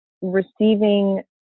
receiving